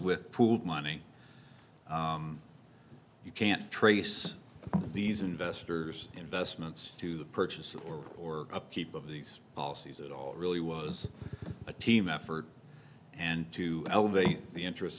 with pooled money you can't trace these investors investments to the purchase or or upkeep of these policies at all it really was a team effort and to elevate the interest